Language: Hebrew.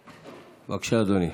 שוויון,